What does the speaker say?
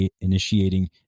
initiating